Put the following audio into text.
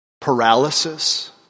paralysis